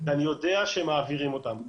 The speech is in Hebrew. ואני יודע שמעבירים אותם.